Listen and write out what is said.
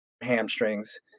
hamstrings